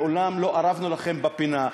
מעולם לא ארבנו לכם בפינה.